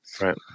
Right